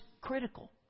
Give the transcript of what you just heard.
critical